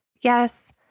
Yes